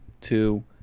two